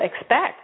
expect